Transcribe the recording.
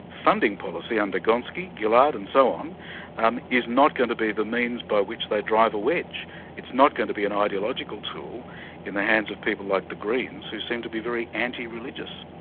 funding policy under gonski, gillard and so on um is not going to be the means by which they drive a wedge it's not going to be an ideological tool in the hands of people like the greens, who seem to be very anti-religious.